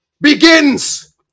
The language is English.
begins